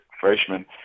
freshman